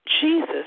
Jesus